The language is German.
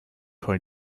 heulen